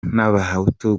n’abahutu